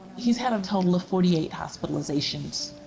he's had a total of forty eight hospitalizations.